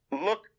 Look